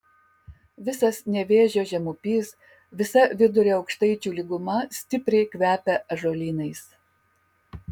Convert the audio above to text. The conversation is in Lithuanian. visas nevėžio žemupys visa vidurio aukštaičių lyguma stipriai kvepia ąžuolynais